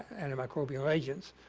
and microbial agents.